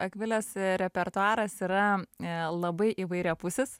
akvilės repertuaras yra a labai įvairiapusis